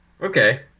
Okay